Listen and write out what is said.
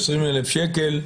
20,000 שקל,